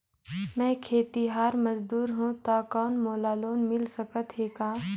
मैं खेतिहर मजदूर हों ता कौन मोला लोन मिल सकत हे का?